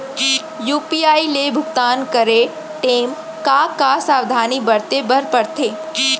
UPI ले भुगतान करे टेम का का सावधानी बरते बर परथे